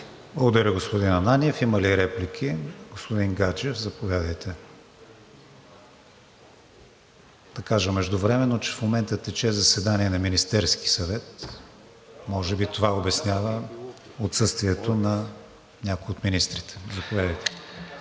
Благодаря, господин Ананиев. Има ли реплики? Господин Гаджев, заповядайте. Да кажа междувременно, че в момента тече заседание на Министерския съвет, може би това обяснява отсъствието на някои от министрите. Заповядайте.